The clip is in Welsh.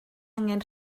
angen